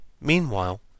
meanwhile